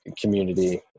community